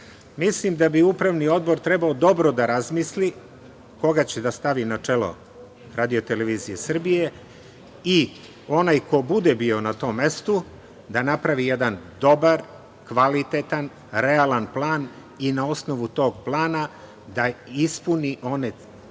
Mislim da bi upravni odbor trebalo dobro da razmisli koga će da stavi načelo RTS i onaj ko bude bio na tom mestu da napravi jedan dobar, kvalitetan, realan plan i na osnovu tog plana da ispuni one